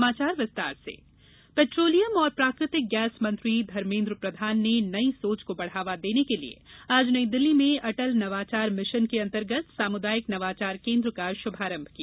नवाचार केन्द्र शुभारंभ पेट्रोलियम और प्राकृतिक गैस मंत्री धर्मेद्र प्रधान ने नई सोच को बढ़ावा देने के लिए आज नई दिल्ली में अटल नवाचार मिशन के अंतर्गत सामुदायिक नवाचार केन्द्र का शुभारंभ किया